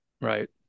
right